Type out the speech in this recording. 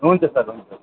हुन्छ सर हुन्छ